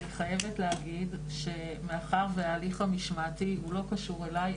אני חייבת להגיד שמאחר וההליך המשמעתי לא קשור אלי,